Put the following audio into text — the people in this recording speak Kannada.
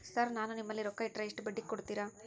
ಸರ್ ನಾನು ನಿಮ್ಮಲ್ಲಿ ರೊಕ್ಕ ಇಟ್ಟರ ಎಷ್ಟು ಬಡ್ಡಿ ಕೊಡುತೇರಾ?